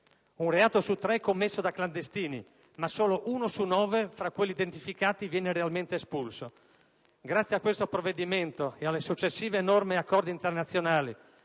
un reato su tre è commesso da clandestini, ma solo uno su nove fra quelli identificati viene realmente espulso. Grazie a questo provvedimento e alle successive norme e accordi internazionali